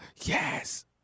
Yes